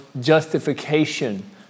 justification